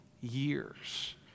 years